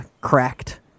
cracked